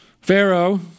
Pharaoh